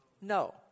No